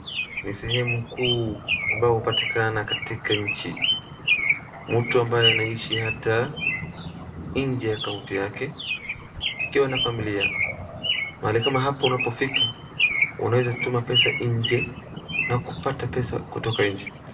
Ni sehemu kuu ambao hupatikana katika nchi. Mtu ambaye anaishi hata nje ya kaunti yake akiwa na familia mahali kama hapo unapofika unaweza tuma pesa nje na kupata pesa kutoka nje.